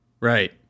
right